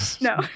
No